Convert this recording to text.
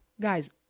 guys